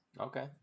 Okay